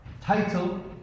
title